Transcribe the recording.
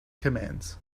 commands